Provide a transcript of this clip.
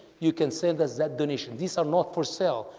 you can send as that donation. these are not for sale.